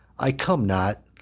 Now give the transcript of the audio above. i come not,